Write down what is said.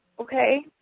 Okay